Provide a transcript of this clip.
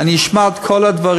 אני אשמע את כל הדברים,